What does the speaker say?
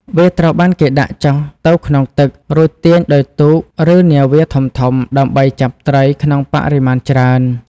វាត្រូវបានគេដាក់ចុះទៅក្នុងទឹក រួចទាញដោយទូក ឬនាវាធំៗ ដើម្បីចាប់ត្រីក្នុងបរិមាណច្រើន។